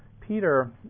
Peter